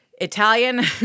Italian